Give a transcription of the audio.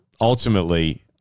Ultimately